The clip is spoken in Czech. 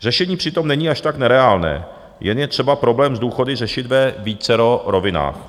Řešení přitom není až tak nereálné, jen je třeba problém s důchody řešit ve vícero rovinách.